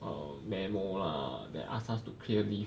um memo lah that ask us to clear leave